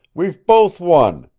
we've both won.